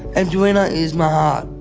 edwina is my heart.